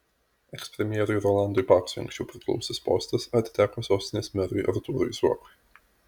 ekspremjerui rolandui paksui anksčiau priklausęs postas atiteko sostinės merui artūrui zuokui